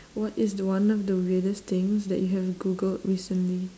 what is one of the weirdest things that you have googled recently